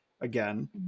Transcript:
again